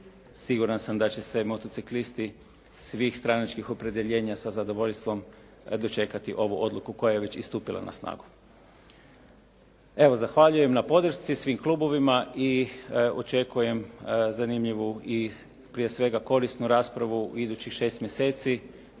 siguran sam da će se motociklisti svih stranačkih opredjeljenja sa zadovoljstvom dočekati ovu odluku koja je već i stupila na snagu. Evo zahvaljujem na podršci svim klubovima i očekujem zanimljivu i prije svega korisnu raspravu u idućih šest mjeseci